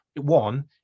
one